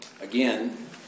again